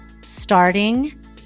starting